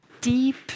Deep